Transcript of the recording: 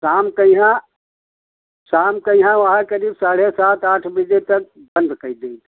शाम के अहियें शाम के अहियें वएह क़रीब साढ़े सात आठ बजे तक बंद कै देई